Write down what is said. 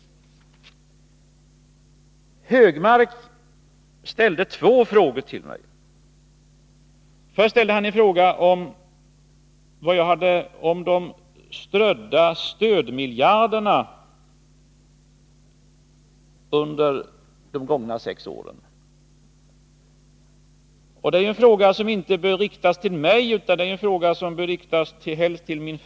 Anders Högmark ställde två frågor till mig. Först frågade han om de ”strödda stödmiljarderna” under de gångna sex åren. Den frågan bör inte riktas till mig utan till min företrädare Nils Åsling.